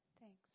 Thanks